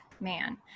man